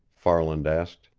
farland asked.